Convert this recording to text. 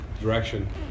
direction